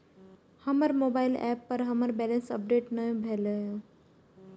हमर mobile app पर हमर बैलेंस अपडेट ने भेल या